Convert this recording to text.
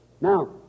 Now